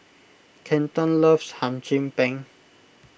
Kenton loves Hum Chim Peng